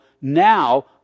now